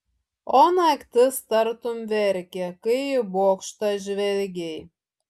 o naktis tartum verkė kai į bokštą žvelgei